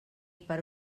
per